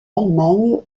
allemagne